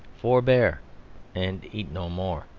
forbear and eat no more,